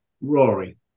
Rory